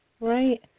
Right